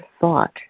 thought